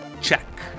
Check